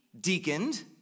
deaconed